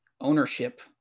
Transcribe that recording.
ownership